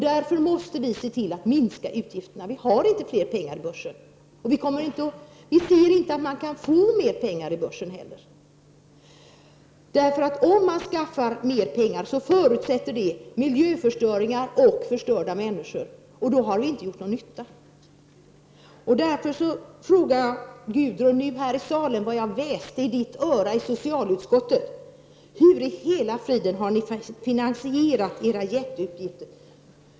Därför måste vi se till att minska utgifterna. Vi har inte mer pengar i börsen. Vi ser inte att man kan få mer pengar i börsen heller, för om man skaffar mer pengar så förutsätter det miljöförstöringar och förstörda människor, och då har det inte gjort någon nytta. Därför frågar jag Gudrun Schyman nu här i salen vad jag väste i hennes öra i socialutskottet: Hur i hela friden har ni finansierat era jätteutgifter?